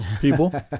people